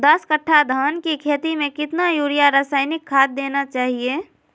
दस कट्टा धान की खेती में कितना यूरिया रासायनिक खाद देना चाहिए?